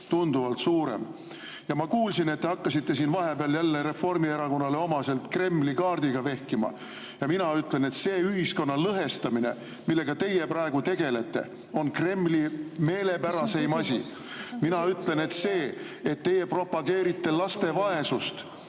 tunduvalt suurem. Ja ma kuulsin, et te hakkasite siin vahepeal jälle Reformierakonnale omaselt Kremli-kaardiga vehkima. Mina ütlen, et see ühiskonna lõhestamine, millega te praegu tegelete, on Kremli meelepäraseim asi. Mina ütlen, et see, et teie propageerite lastevaesust